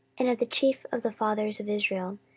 and of the chief of the fathers of israel,